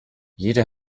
jede